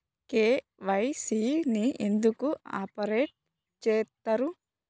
KYC ని ఎందుకు update చేత్తరు?